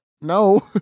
no